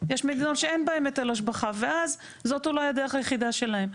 יש מדינות שאין בהן היטל השבחה ואז אולי זאת הדרך היחידה שלהם.